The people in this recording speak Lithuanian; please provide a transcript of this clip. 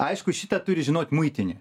aišku šitą turi žinot muitinė